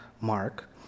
Mark